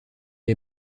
est